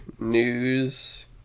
news